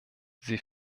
sie